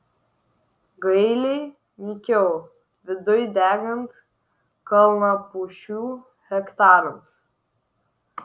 gailiai mykiau viduj degant kalnapušių hektarams